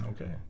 Okay